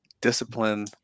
Discipline